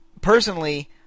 personally